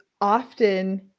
often